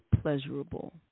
pleasurable